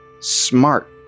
smart